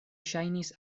ŝajnis